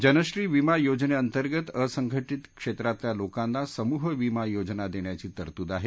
जनश्री विमा योजनेअंतर्गत असंघटीत क्षेत्रातल्या लोकांना समूह विमा योजना देण्याची तरतूद आहे